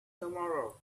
tomorrow